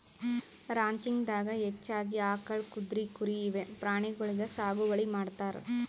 ranching ದಾಗಾ ಹೆಚ್ಚಾಗಿ ಆಕಳ್, ಕುದ್ರಿ, ಕುರಿ ಇವೆ ಪ್ರಾಣಿಗೊಳಿಗ್ ಸಾಗುವಳಿ ಮಾಡ್ತಾರ್